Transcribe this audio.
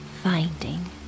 finding